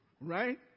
Right